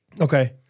Okay